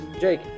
Jake